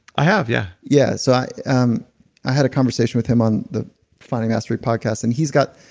i have, yeah yeah, so i um i had a conversation with him on the finding mastery podcast and he's got,